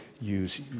use